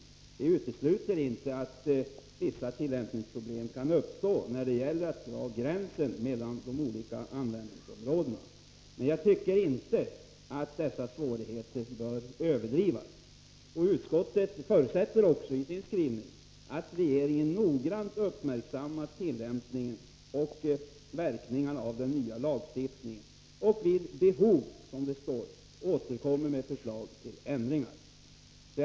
Vi utesluter inte att vissa tillämpningsproblem kan uppstå när det gäller att dra gränsen mellan de olika användningsområdena. Men jag tycker inte att dessa svårigheter bör överdrivas. Utskottet förutsätter också i sin skrivning att regeringen noggrant uppmärksammar tillämpningen och verkningarna av den nya lagstiftningen och vid behov — som det står — återkommer med förslag till ändringar.